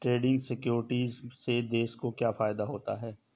Trading securities से देश को क्या फायदा होता है?